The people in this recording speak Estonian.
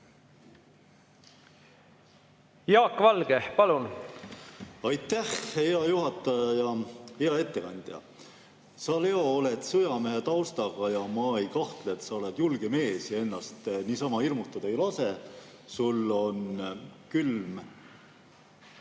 Jaak Valge, palun! Aitäh, hea juhataja! Hea ettekandja! Sa, Leo, oled sõjamehe taustaga ja ma ei kahtle, et sa oled julge mees ja ennast niisama hirmutada ei lase. Sul on külm